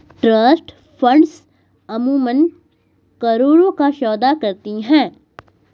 trust funds अमूमन करोड़ों का सौदा करती हैं